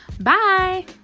Bye